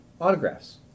autographs